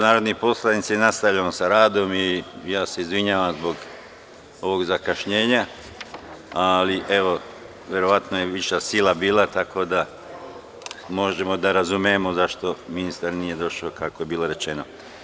narodni poslanici, nastavljamo sa radom, i ja se izvinjavam zbog ovog zakašnjenja, ali verovatno je viša sila bila, tako da možemo da razumemo zašto ministar nije došao kako je rečeno.